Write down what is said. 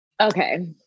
Okay